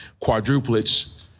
quadruplets